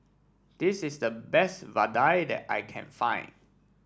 this is the best Vadai that I can find